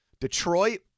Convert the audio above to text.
Detroit